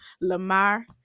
Lamar